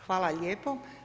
Hvala lijepo.